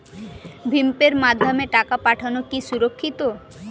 ভিম পের মাধ্যমে টাকা পাঠানো কি সুরক্ষিত?